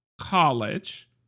college